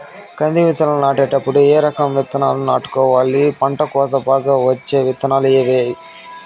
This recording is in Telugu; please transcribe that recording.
కంది విత్తనాలు నాటేటప్పుడు ఏ రకం విత్తనాలు నాటుకోవాలి, పంట కోత బాగా వచ్చే విత్తనాలు ఏవీ?